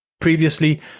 Previously